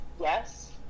Yes